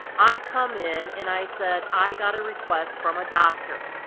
i come in and i said i got a request from a doctor.